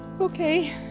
Okay